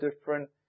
different